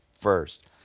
first